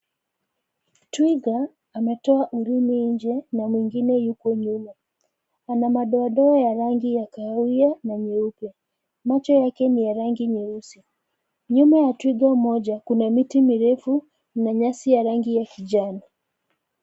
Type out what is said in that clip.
Twiga ametoa ulimi nje na mwingine yuko nyuma. Wana madoadoa ya rangi ya kahawia na nyeupe. Macho yake ni ya rangi nyeusi. Nyuma ya twiga mmoja kuna miti mirefu na nyasi ya rangi ya kijani.